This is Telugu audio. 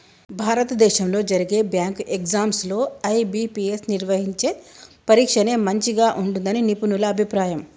భారతదేశంలో జరిగే బ్యాంకు ఎగ్జామ్స్ లో ఐ.బీ.పీ.ఎస్ నిర్వహించే పరీక్షనే మంచిగా ఉంటుందని నిపుణుల అభిప్రాయం